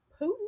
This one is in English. Putin